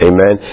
Amen